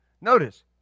Notice